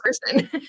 person